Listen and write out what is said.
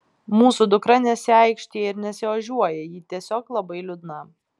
mūsų dukra nesiaikštija ir nesiožiuoja ji tiesiog labai liūdna